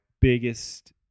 biggest